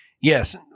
Yes